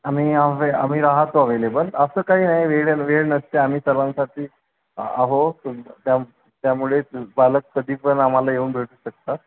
आम्ही अव्हे आम्ही राहतो अवेलेबल असं काही नाही वेळ न वेळ नसते आमी सर्वांसाठीच आहो तर त्याम् त्यामुळे पालक कधीपण आम्हाला येऊन भेटू शकतात